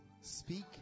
speak